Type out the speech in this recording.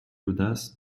audace